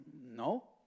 No